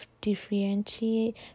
differentiate